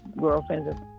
girlfriends